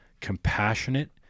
compassionate